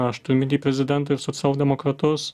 aš turiu omeny prezidentą ir socialdemokratus